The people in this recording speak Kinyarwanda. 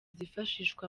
zifashishwa